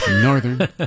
northern